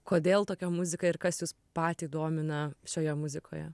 kodėl tokia muzika ir kas jus patį domina šioje muzikoje